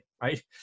right